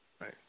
Right